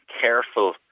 careful